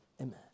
amen